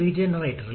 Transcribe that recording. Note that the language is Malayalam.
2 കെൽവിൻ